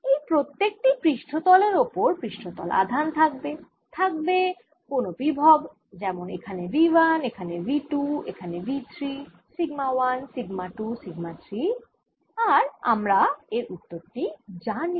এই প্রত্যেক টি পৃষ্ঠতল এর ওপর পৃষ্ঠতল আধান থাকবে থাকবে কোনও বিভব যেমন এখানে V 1 এখানে V 2 এখানে V 3 সিগমা 1 সিগমা 2 সিগমা 3 আর আমরা এর উত্তর টি জানি